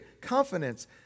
confidence